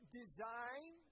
design